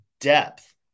depth